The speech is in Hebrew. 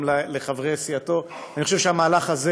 גם לחברי סיעתו: אני חושב שהמהלך הזה